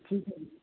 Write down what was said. ਠੀਕ ਹੈ ਜੀ